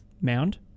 Mound